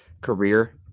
career